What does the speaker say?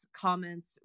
comments